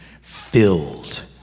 filled